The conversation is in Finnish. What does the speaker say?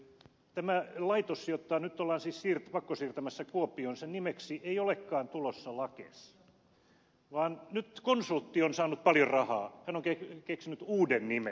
tämän laitoksen jota nyt ollaan siis pakkosiirtämässä kuopioon nimeksi ei olekaan tulossa lakes vaan nyt konsultti on saanut paljon rahaa että hän on keksinyt uuden nimen